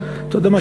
אתה יודע מה,